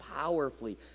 Powerfully